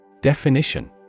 Definition